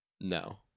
no